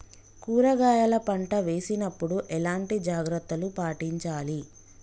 కూరగాయల పంట వేసినప్పుడు ఎలాంటి జాగ్రత్తలు పాటించాలి?